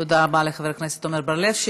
תודה רבה לחבר הכנסת עמר בר-לב.